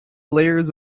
layers